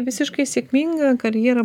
visiškai sėkmingą karjerą